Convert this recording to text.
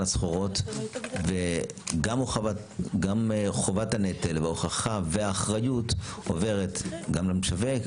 הסחורות וגם חובת הנטל והוכחה ואחריות עוברת גם למשווק,